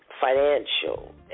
financial